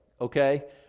okay